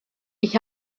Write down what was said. ich